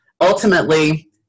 ultimately